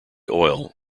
oil